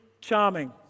charming